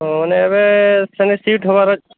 ହଁ ମାନେ ଏବେ ସେନେ ସିଫ୍ଟ ହେବାର